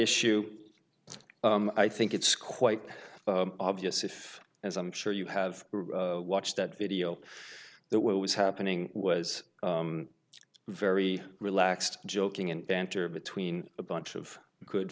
issue i think it's quite obvious if as i'm sure you have watched that video that what was happening was very relaxed joking and banter between a bunch of good